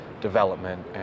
development